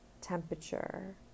temperature